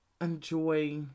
enjoy